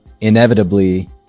inevitably